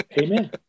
Amen